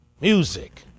music